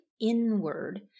inward